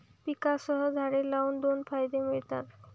पिकांसह झाडे लावून दोन फायदे मिळतात